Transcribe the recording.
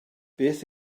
beth